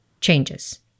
changes